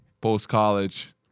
post-college